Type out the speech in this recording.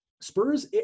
Spurs